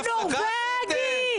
הנורווגי?